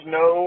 no